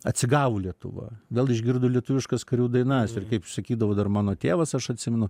atsigavo lietuva vėl išgirdo lietuviškas karių dainas ir kaip sakydavo dar mano tėvas aš atsimenu